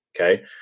Okay